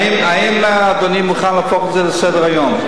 האם אדוני מוכן להפוך את זה להצעה לסדר-היום?